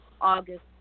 August